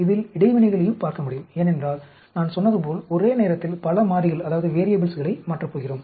இதில் இடைவினைகளையும் பார்க்கமுடியும் ஏனென்றால் நான் சொன்னது போல் ஒரே நேரத்தில் பல மாறிகளை மாற்றப் போகிறோம்